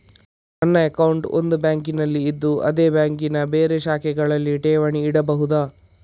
ನನ್ನ ಅಕೌಂಟ್ ಒಂದು ಬ್ಯಾಂಕಿನಲ್ಲಿ ಇದ್ದು ಅದೇ ಬ್ಯಾಂಕಿನ ಬೇರೆ ಶಾಖೆಗಳಲ್ಲಿ ಠೇವಣಿ ಇಡಬಹುದಾ?